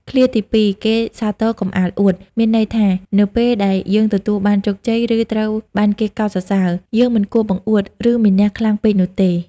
ឃ្លាទីពីរ "គេសាទរកុំអាលអួត" មានន័យថា នៅពេលដែលយើងទទួលបានជោគជ័យ ឬត្រូវបានគេកោតសរសើរ យើងមិនគួរបង្អួត ឬមានះខ្លាំងពេកនោះទេ។